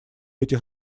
этих